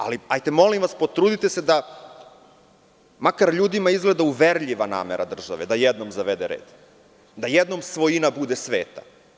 Ali, molim vas, potrudite se da, makar ljudima izgleda uverljiva namera države, da jednom zavede red, da jednom svojima bude sveta.